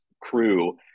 crew